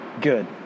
good